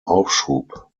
aufschub